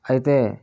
అయితే